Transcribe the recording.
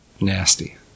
nasty